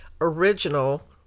original